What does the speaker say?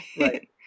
Right